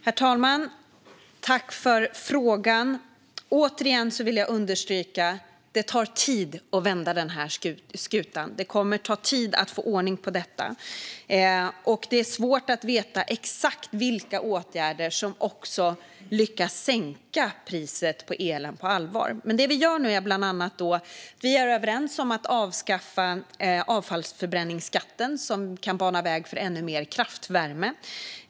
Herr talman! Återigen vill jag understryka att det tar tid att vända denna skuta. Det kommer att ta tid att få ordning på detta. Det är svårt att veta exakt vilka åtgärder som också lyckas sänka priset på elen på allvar. Vi är överens om att avskaffa avfallsförbränningsskatten, vilket kan bana väg för ännu mer kraftvärme.